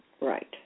Right